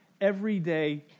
everyday